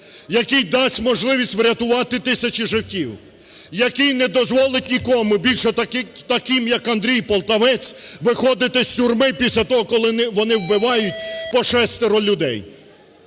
який дасть можливість врятувати тисячі життів, який не дозволить нікому більше таким як Андрій Полтавець виходити з тюрми після того, коли вони вбивають по шестеро людей.